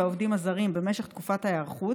לעובדים הזרים במשך תקופת ההיערכות,